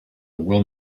will